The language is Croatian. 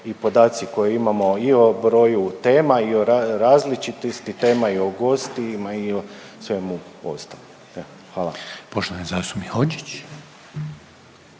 i podaci koje imamo i o broju tema i o različitosti tema i o gostima i o svemu ostalom, eto hvala. **Reiner, Željko (HDZ)**